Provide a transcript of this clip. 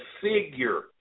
figure